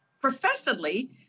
professedly